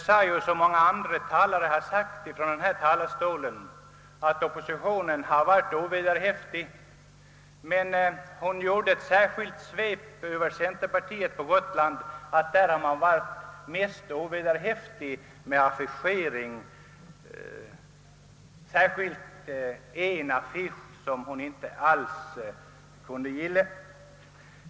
Som så många andra talare framhållit från denna talarstol sade hon att oppositionen varit ovederhäftig, men hon gjorde ett särskilt svep över Gotland och centerpartiet och sade att man där varit mest ovederhäftig i fråga om affischering. Det var särskilt en affisch som hon inte gillade.